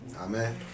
Amen